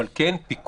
אבל עם פיקוח,